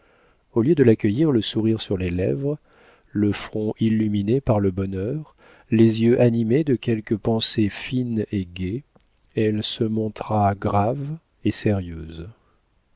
au lieu de l'accueillir le sourire sur les lèvres le front illuminé par le bonheur les yeux animés de quelque pensée fine et gaie elle se montra grave et sérieuse